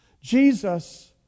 Jesus